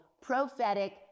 prophetic